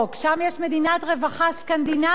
שם יש מדינת רווחה סקנדינבית.